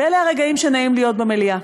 ואלה הרגעים שנעים להיות במליאה.